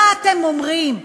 מה אתם אומרים,